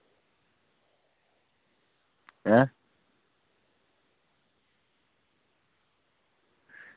ऐं